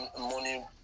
money